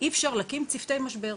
אי אפשר להקים צוותי משבר.